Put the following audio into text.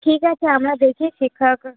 ঠিক আছে আমরা দেখি শিক্ষক